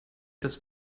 das